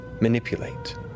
manipulate